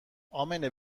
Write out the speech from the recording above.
امنه